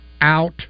out